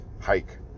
hike